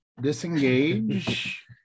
Disengage